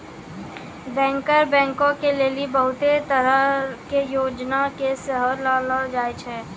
banker बैंको के लेली बहुते तरहो के योजना के सेहो लानलो जाय छै